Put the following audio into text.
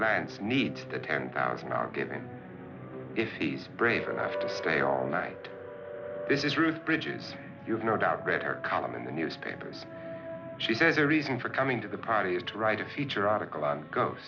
lance needs to ten thousand are given if he's brave enough to stay all night this is ruth bridges you've no doubt read her column in the newspapers she says the reason for coming to the party is to write a feature article on g